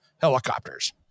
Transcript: helicopters